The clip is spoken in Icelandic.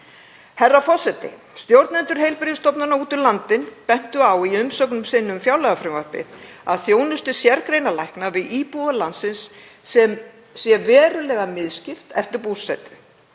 Herra forseti. Stjórnendur heilbrigðisstofnana úti um landið bentu á í umsögn sinni um fjárlagafrumvarpið að þjónustu sérgreinalækna við íbúa landsins væri verulega misskipt eftir búsetu.